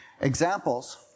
examples